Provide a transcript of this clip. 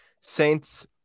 Saints